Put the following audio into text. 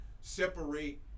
separate